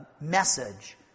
message